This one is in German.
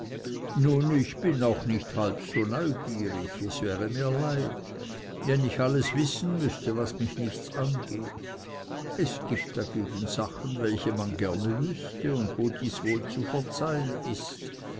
nun ich bin auch nicht halb so neugierig es wäre mir ein leid wenn ich alles wissen müßte was mich nichts angeht es gibt dagegen sachen welche man gerne wüßte und wo dies wohl zu verzeihen ist